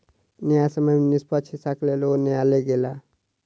न्यायसम्य के निष्पक्ष हिस्साक लेल ओ न्यायलय गेला